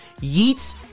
Yeats